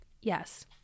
yes